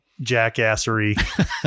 jackassery